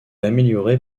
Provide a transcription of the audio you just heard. améliorée